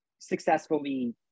successfully